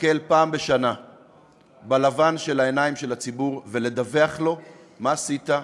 להסתכל פעם בשנה בלבן של העיניים של הציבור ולדווח לו מה עשית,